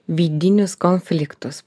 vidinius konfliktus